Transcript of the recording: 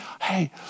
Hey